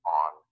on